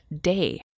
day